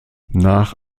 nach